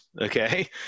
Okay